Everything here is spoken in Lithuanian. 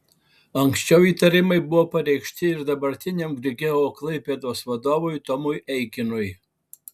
anksčiau įtarimai buvo pareikšti ir dabartiniam grigeo klaipėdos vadovui tomui eikinui